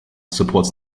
supports